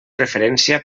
preferència